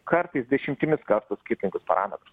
kartais dešimtimis kartų skirtingus parametrus